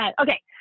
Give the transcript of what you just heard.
Okay